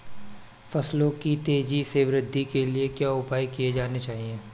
फसलों की तेज़ी से वृद्धि के लिए क्या उपाय किए जाने चाहिए?